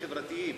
חברתיים.